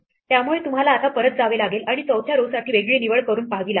त्यामुळे तुम्हाला आता परत जावे लागेल आणि चौथ्या row साठी वेगळी निवड करून पाहावी लागेल